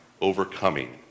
overcoming